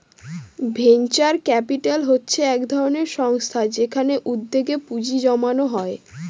venture capital হচ্ছে এক ধরনের সংস্থা যেখানে উদ্যোগে পুঁজি জমানো হয়